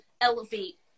elevate